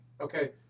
Okay